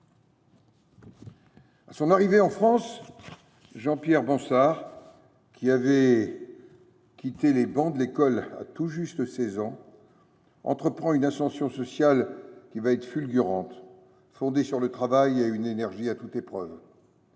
À son arrivée en France, Jean Pierre Bansard, qui avait quitté les bancs de l’école à tout juste 16 ans, entreprend une ascension sociale fulgurante, fondée sur le travail et sur une énergie à toute épreuve.